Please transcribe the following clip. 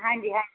ਹਾਂਜੀ ਹਾਂਜੀ